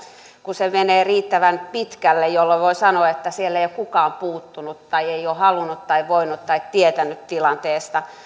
kun kiusaaminen menee riittävän pitkälle niin että voidaan sanoa että kukaan ei ole puuttunut tai ei ole halunnut tai voinut tai ei ole tietänyt tilanteesta